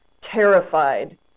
terrified